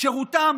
שירותם